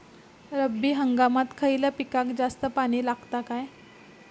रब्बी हंगामात खयल्या पिकाक जास्त पाणी लागता काय?